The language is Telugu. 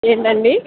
ఏంటండి